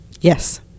Yes